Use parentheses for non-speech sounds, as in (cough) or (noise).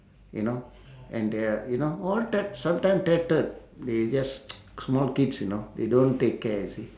you know and they're you know all type sometime tattered they just (noise) small kids you know they don't take care you see